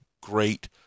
great